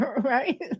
right